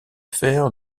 fer